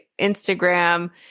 Instagram